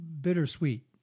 bittersweet